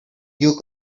new